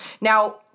Now